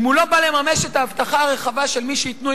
אם הוא לא בא לממש את ההבטחה הרחבה של "מי שייתנו,